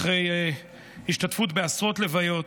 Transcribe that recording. אחרי השתתפות בעשרות לוויות,